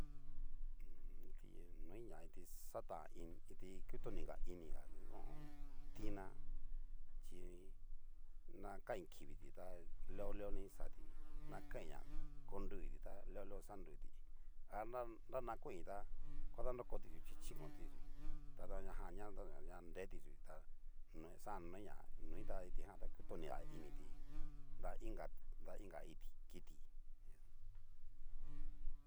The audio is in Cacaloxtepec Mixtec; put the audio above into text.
Noi na kiti xatanga ini ki ti kutoni gainiga ngu tina chi na kain kiviti tá a luego luego ni kixati, na kain na konruti ta luego luego ni xaonruti, anrana nrana koin tá, kuadanrokoti yu chi chikoti yú tadanajan taton na retiyu tá xajan noi a noi ta kitijan ta kutoniga initi, dainka dainka iti kiti.